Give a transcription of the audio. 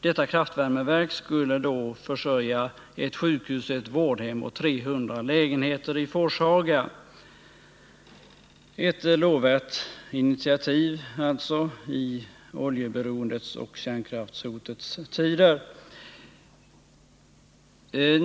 Detta kraftvärmeverk skulle försörja ett sjukhus, ett vårdhem och 300 lägenheter i Forshaga — alltså ett lovvärt initiativ i oljeberoendets och kärnkraftshotets tider.